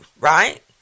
right